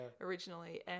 originally